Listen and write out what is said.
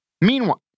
Meanwhile